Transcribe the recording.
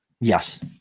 Yes